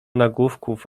nagłówków